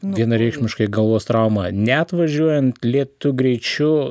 vienareikšmiškai galvos trauma net važiuojant lėtu greičiu